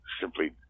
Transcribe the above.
simply